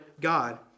God